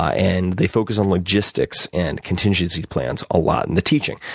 ah and they focus on logistics and contingency plans a lot in the teaching.